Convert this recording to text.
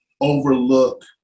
overlook